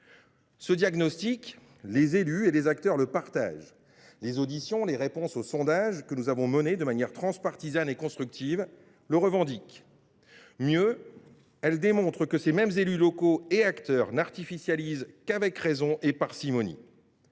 Ce diagnostic, les élus et les acteurs le partagent. Les auditions, les réponses aux sondages que nous avons menés de manière transpartisane et constructive le démontrent. Mieux, elles prouvent que ces mêmes élus locaux et acteurs n’artificialisent qu’avec raison et parcimonie.